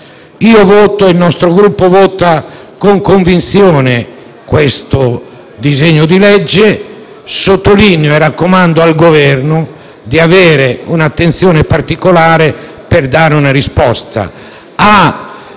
applicate. Il nostro Gruppo vota con convinzione questo disegno di legge. Sottolineo e raccomando al Governo di avere un'attenzione particolare per dare una risposta: